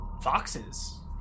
Foxes